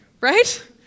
right